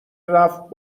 رفت